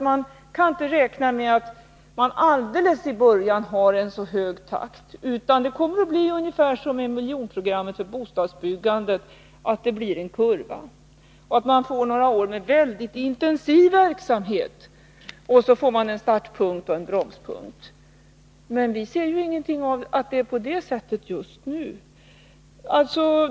Man kan inte räkna med att alldeles i början ha en så hög takt, utan det kommer att bli ungefär som med miljonprogrammet för bostadsbyggandet, nämligen en kurva som visar några år med intensiv verksamhet, och så får vi en startpunkt och en bromsperiod. Men vi ser ingenting som tyder på att det är på det sättet just nu.